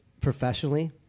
professionally